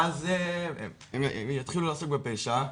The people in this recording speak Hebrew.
ואז הם יתחילו לעסוק בפשע,